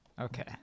Okay